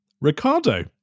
Ricardo